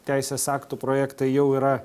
teisės aktų projektai jau yra